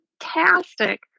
fantastic